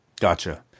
Gotcha